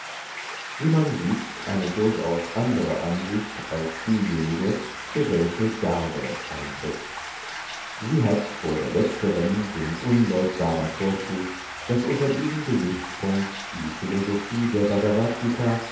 wie man sieht eine durchaus andere ansicht als diejenige für welche garbe eintritt sie hat vor der letzteren den unleugbaren vorzug daß unter diesem gesichtspunkt die philosophie der bhagavadgt